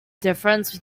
difference